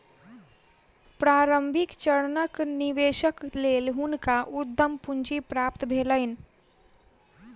प्रारंभिक चरणक निवेशक लेल हुनका उद्यम पूंजी प्राप्त भेलैन